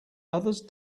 others